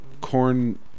corn